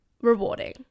rewarding